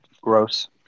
Gross